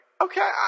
okay